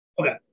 Okay